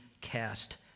cast